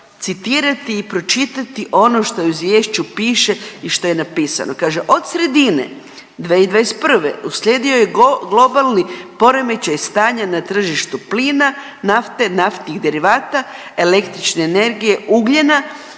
citirati i pročitati ono što u izvješću piše i što je napisano. Kaže od sredine 2021. uslijedio je globalni poremećaj stanja na tržištu plina, nafte, naftnih derivata, električne energije, ugljena